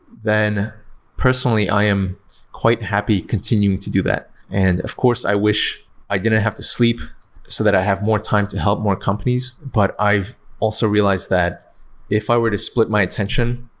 then personally i am quite happy continuing to do that. and of course, i wish i didn't have to sleep so that i have more time to help more companies, but i've also realized that if i were to split my attention,